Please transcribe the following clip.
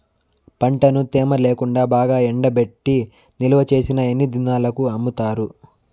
పంటను తేమ లేకుండా బాగా ఎండబెట్టి నిల్వచేసిన ఎన్ని దినాలకు అమ్ముతారు?